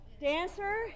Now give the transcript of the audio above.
Dancer